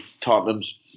Tottenham's